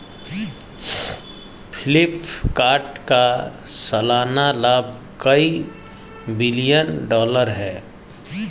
फ्लिपकार्ट का सालाना लाभ कई बिलियन डॉलर है